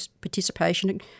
participation